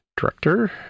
director